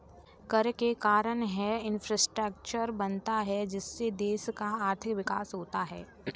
कर के कारण है इंफ्रास्ट्रक्चर बनता है जिससे देश का आर्थिक विकास होता है